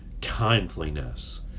kindliness